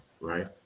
right